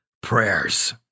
prayers